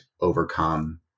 overcome